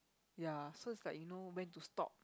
ya so it's like you know when to stop